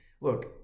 Look